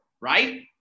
right